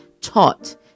taught